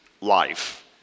life